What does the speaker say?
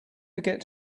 forget